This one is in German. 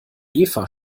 eva